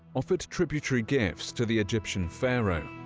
offered tributary gifts to the egyptian pharaoh,